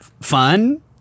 fun